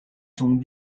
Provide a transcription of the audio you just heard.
sont